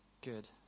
Good